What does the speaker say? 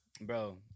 bro